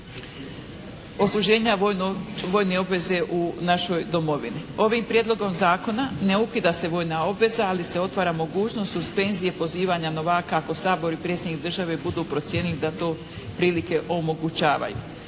odsluženja vojne obveze u našoj Domovini. Ovim prijedlogom zakona ne ukida se vojna obveza, ali se otvara mogućnost suspenzije pozivanja novaka ako Sabor i Predsjednik države budu procijenili da to prilike omogućavaju.